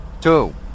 two